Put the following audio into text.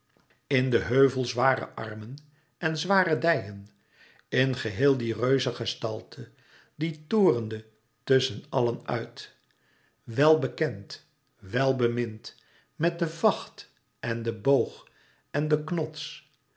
in de heuvelzware armen en zware dijen in geheel die reuzegestalte die torende tusschen allen uit welbekend welbemind met den vacht en den boog en den knots